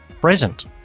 present